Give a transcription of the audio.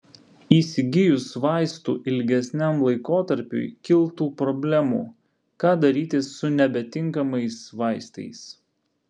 įsigijus vaistų ilgesniam laikotarpiui kiltų problemų ką daryti su nebetinkamais vaistais